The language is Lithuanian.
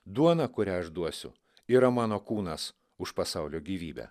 duona kurią aš duosiu yra mano kūnas už pasaulio gyvybę